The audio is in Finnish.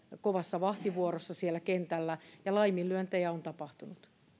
kovassa vahtivuorossa siellä kentällä ja laiminlyöntejä on tapahtunut